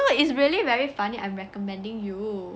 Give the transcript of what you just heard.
no it is really very funny I'm recommending you